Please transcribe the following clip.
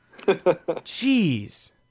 Jeez